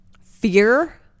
fear